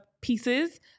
pieces